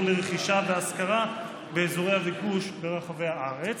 לרכישה והשכרה באזורי הביקוש ברחבי הארץ".